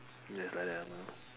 just like that one mah